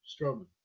Strowman